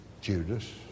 Judas